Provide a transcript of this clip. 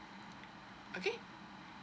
okay